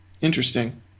Interesting